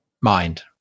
mind